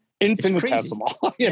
Infinitesimal